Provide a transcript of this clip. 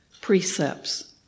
precepts